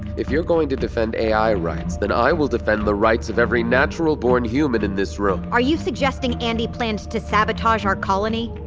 if you're going to defend a i. rights, then i will defend the rights of every natural born human in this room are you suggesting andi planned to sabotage our colony?